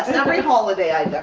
every holiday i and